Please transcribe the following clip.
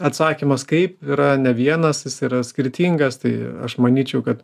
atsakymas kaip yra ne vienas jis yra skirtingas tai aš manyčiau kad